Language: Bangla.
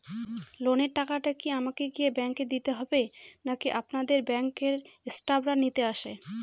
লোনের টাকাটি কি আমাকে গিয়ে ব্যাংক এ দিতে হবে নাকি আপনাদের ব্যাংক এর স্টাফরা নিতে আসে?